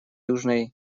южный